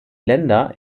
länder